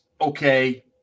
okay